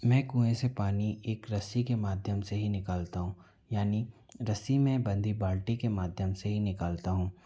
मैं कुएं से अपनी एक रस्सी के माध्यम से ही निकलता हूँ यानी रस्सी में बंधी बाल्टी के माध्यम से ही निकलता हूँ